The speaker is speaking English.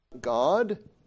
God